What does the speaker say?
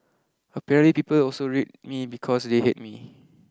apparently people also read me because they hate me